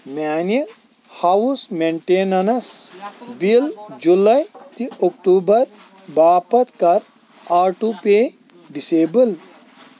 میانہِ house maintenance bill جُلاے تہِ اکتوٗبر باپتھ کَر آٹو پے ڈسیبل